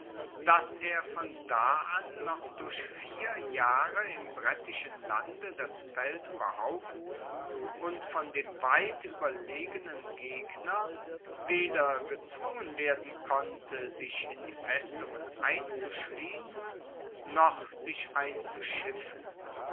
dass er von da an noch durch vier jahre im brettischen lande das feld behaupten und von dem weit ueberlegenen gegner weder gezwungen werden konnte sich in die festungen einzuschliessen noch sich einzuschiffen